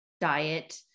diet